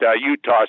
Utah